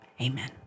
amen